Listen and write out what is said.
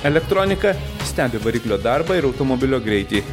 elektronika stebi variklio darbą ir automobilio greitį